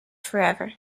forever